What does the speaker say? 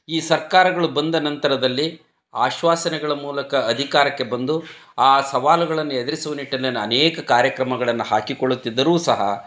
ಈ ಸರ್ಕಾರಗಳು ಬಂದ ನಂತರದಲ್ಲಿ ಆಶ್ವಾಸನೆಗಳ ಮೂಲಕ ಅಧಿಕಾರಕ್ಕೆ ಬಂದು ಆ ಸವಾಲುಗಳನ್ನು ಎದುರಿಸುವ ನಿಟ್ಟಿನಲ್ಲಿ ಅನೇಕ ಕಾರ್ಯಕ್ರಮಗಳನ್ನು ಹಾಕಿಕೊಳ್ಳುತ್ತಿದ್ದರೂ ಸಹ